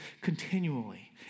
continually